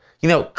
you know,